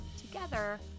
together